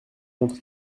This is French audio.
montre